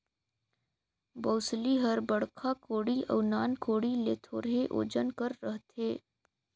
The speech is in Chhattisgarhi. बउसली हर बड़खा कोड़ी अउ नान कोड़ी ले थोरहे ओजन कर रहथे